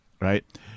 right